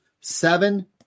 seven